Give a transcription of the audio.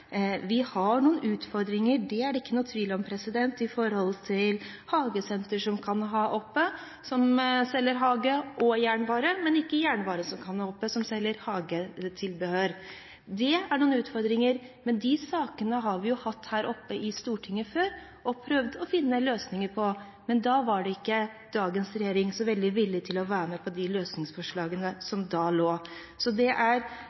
vi har noen utfordringer, det er det ikke noen tvil om, med tanke på at hagesenter kan ha oppe og selge hagetilbehør og jernvare, men jernvarebutikker som selger hagetilbehør, ikke kan ha oppe. Det er noen utfordringer, men de sakene har vi hatt oppe her i Stortinget før og prøvd å finne løsninger på, og da var ikke dagens regjering så veldig villig til å være med på de løsningsforslagene som lå. Så det er